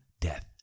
death